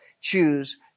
choose